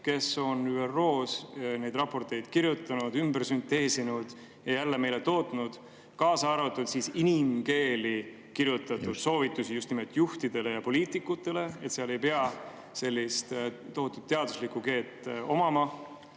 kes on ÜRO‑s neid raporteid kirjutanud, ümber sünteesinud ja meile tootnud, kaasa arvatud inimkeeli kirjutatud soovitusi just nimelt juhtidele ja poliitikutele. Seal ei pea sellist tohutu teaduslikku keelt [tundma].